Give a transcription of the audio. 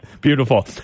Beautiful